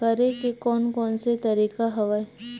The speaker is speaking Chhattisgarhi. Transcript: करे के कोन कोन से तरीका हवय?